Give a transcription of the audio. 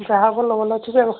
ଯାହା ଭଲ ଭଲ ଅଛି